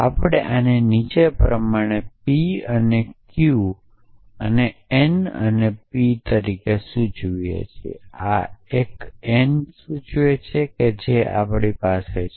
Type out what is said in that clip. આપણે અહી નીચે પ્રમાણે p q n છે અને p 🡪 a અને an🡪 c છે જે આપણી પાસે છે